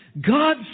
God